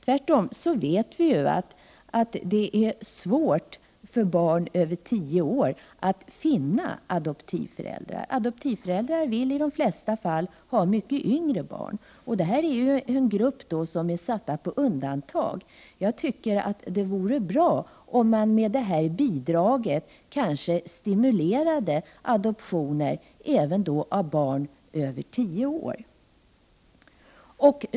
Tvärtom vet vi ju att det är svårt för barn över 10 år att finna adoptivföräldrar. Adoptivföräldrar vill i de flesta fall ha mycket yngre barn, och de äldre barnen är en grupp som är satt på undantag. Jag tycker att det vore bra om man med det här bidraget kunde stimulera till adoptioner även av barn över 10 år.